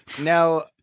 Now